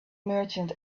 merchant